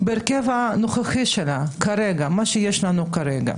בהרכב הנוכחי שלה כפי שהוא כרגע.